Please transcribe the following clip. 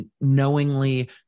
knowingly